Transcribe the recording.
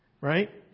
Right